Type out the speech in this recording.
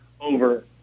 over